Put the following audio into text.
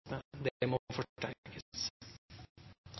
Nei, det